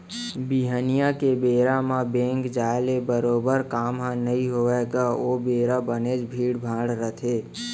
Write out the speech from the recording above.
बिहनिया के बेरा म बेंक जाय ले बरोबर काम ह नइ होवय गा ओ बेरा बनेच भीड़ भाड़ रथे